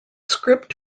script